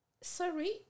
Sorry